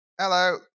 Hello